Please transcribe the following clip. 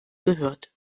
gehört